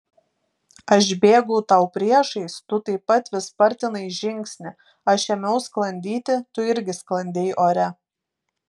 aš bėgau tau priešais tu taip pat vis spartinai žingsnį aš ėmiau sklandyti tu irgi sklandei ore